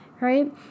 right